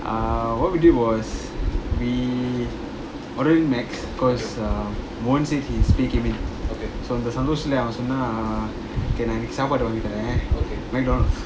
uh what we did was we ordering macs cause uh அவசொன்னஉனக்குசாப்பாடுவாங்கிதரேன்:ava sonna unaku sapadu vangi tharen mcdonald's